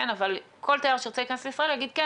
אבל כל תייר שירצה להיכנס יגיד: כן,